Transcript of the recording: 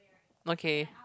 okay